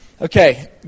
Okay